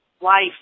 life